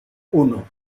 uno